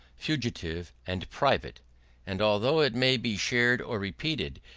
fugitive, and private and although it may be shared or repeated,